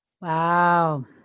Wow